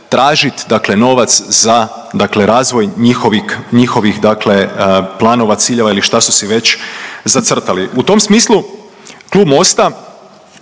tražit dakle novac za dakle razvoj njihovih dakle planova, ciljeva ili šta su si već zacrtali. U tom smislu klub Mosta